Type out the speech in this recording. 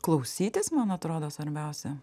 klausytis man atrodo svarbiausia